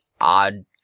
odd